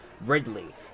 Ridley